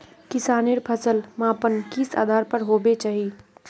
किसानेर फसल मापन किस आधार पर होबे चही?